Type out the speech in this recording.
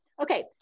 Okay